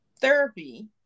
therapy